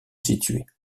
situées